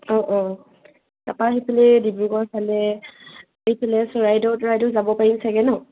অঁ অঁ তাপা আহি পেলাই ডিব্ৰুগড়ৰ ফালে এইফালে চৰাইদেউ তৰাইদেউ যাব পাৰিম চাগে ন